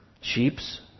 Sheeps